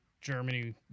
germany